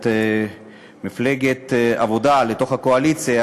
את מפלגת העבודה לתוך הקואליציה,